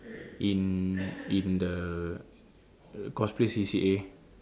in in the cosplay C_C_A